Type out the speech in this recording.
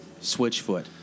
Switchfoot